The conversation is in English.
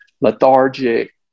lethargic